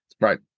Right